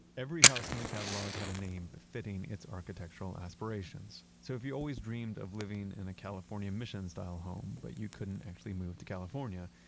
every house in the catalog had a name befitting its architectural aspirations. so if you always dreamed of living in a california mission style home, but you couldn't actually move to california,